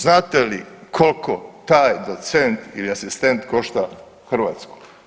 Znate li koliko taj docent ili asistent košta Hrvatsku?